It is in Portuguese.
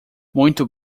muito